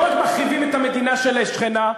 לא רק מחריבים את המדינה השכנה,